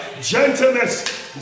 gentleness